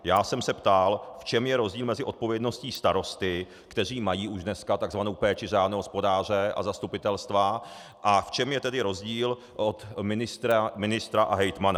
Já jsem se ptal, v čem je rozdíl mezi odpovědností starostů, kteří mají už dneska tzv. péči řádného hospodáře, a zastupitelstva, a v čem je tedy rozdíl od ministra a hejtmana.